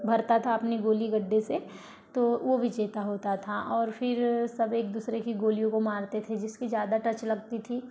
भरता था अपनी गोली गड्ढे से तो वो विजेता होता था और फिर सब एक दूसरे की गोलियों को मारते थे जिसकी ज़्यादा टच लगती थी